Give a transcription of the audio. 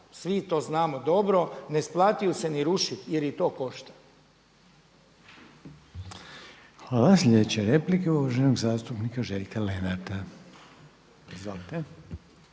svi to znamo dobro, ne isplate se ni rušiti jer i to košta. **Reiner, Željko (HDZ)** Hvala. Slijedeća replika je uvaženog zastupnika Željka Lenarta. Izvolite.